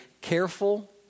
careful